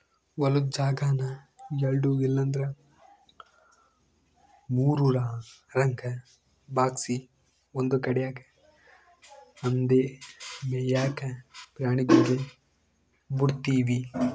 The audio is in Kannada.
ಹೊಲುದ್ ಜಾಗಾನ ಎಲ್ಡು ಇಲ್ಲಂದ್ರ ಮೂರುರಂಗ ಭಾಗ್ಸಿ ಒಂದು ಕಡ್ಯಾಗ್ ಅಂದೇ ಮೇಯಾಕ ಪ್ರಾಣಿಗುಳ್ಗೆ ಬುಡ್ತೀವಿ